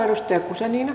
arvoisa puhemies